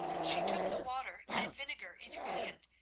she took the water and vinegar in her hand,